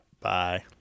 Bye